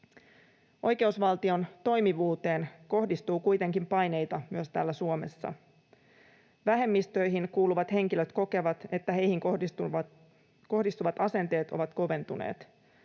Oikeusvaltion toimivuuteen kohdistuu kuitenkin paineita myös täällä Suomessa. Vähemmistöihin kuuluvat henkilöt kokevat, että heihin kohdistuvat asenteet ovat koventuneet.